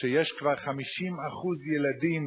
שיש כבר 50% ילדים